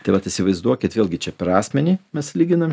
tai vat įsivaizduokit vėlgi čia per asmenį mes lyginam